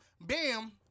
Bam